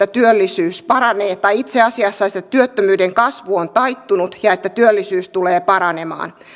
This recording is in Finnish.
että työllisyys paranee tai itse asiassa siellä sanotaan että työttömyyden kasvu on taittunut ja että työllisyys tulee paranemaan